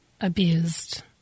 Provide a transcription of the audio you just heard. abused